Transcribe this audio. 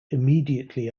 immediately